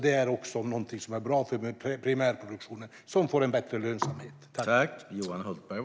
Det är någonting som är bra för primärproduktionen som får en bättre lönsamhet.